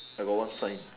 I got what sign